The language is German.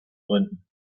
gründen